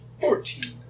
Fourteen